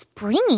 Springy